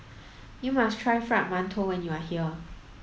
you must try fried mantou when you are here